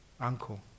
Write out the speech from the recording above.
uncle